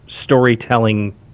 storytelling